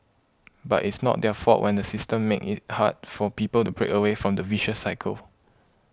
but it's not their fault when the system makes it hard for people to break away from the vicious cycle